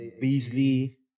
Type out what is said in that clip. Beasley